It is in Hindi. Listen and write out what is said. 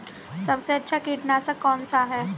सबसे अच्छा कीटनाशक कौन सा है?